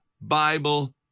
Bible